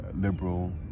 liberal